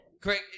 Craig